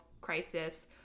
crisis